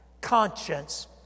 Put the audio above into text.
conscience